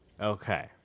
Okay